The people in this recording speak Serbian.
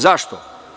Zašto?